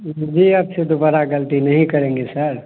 जी अब से दोबारा गलती नहीं करेंगे सर